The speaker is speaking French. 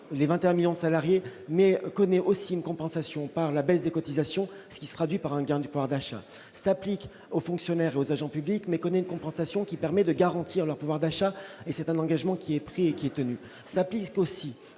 les 21 millions de salariés mais connaît aussi une compensation par la baisse des cotisations, ce qui se traduit par un gain de pouvoir d'achat s'applique aux fonctionnaires et aux agents publics mais connaît une compensation qui permet de garantir le pouvoir d'achat, et c'est un engagement qui est pris qui nu s'applique aussi